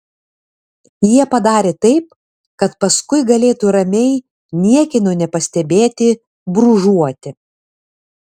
jie padarė taip kad paskui galėtų ramiai niekieno nepastebėti brūžuoti